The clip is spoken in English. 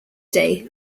day